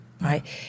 right